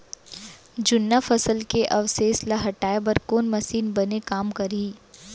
जुन्ना फसल के अवशेष ला हटाए बर कोन मशीन बने काम करही?